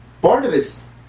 Barnabas